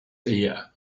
ear